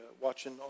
watching